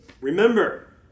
Remember